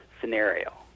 scenario